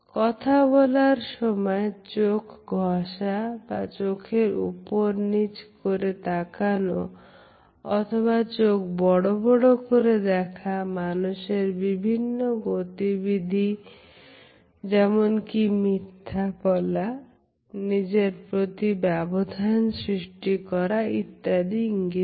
কথা বলার সময় চোখ ঘষা বা চোখ উপর নিচ করে তাকানো অথবা চোখ বড় বড় করে দেখা মানুষের বিভিন্ন গতিবিধি যেমন কি মিথ্যা বলা বা নিজের প্রতি ব্যবধান সৃষ্টি করা ইত্যাদি ইঙ্গিত করে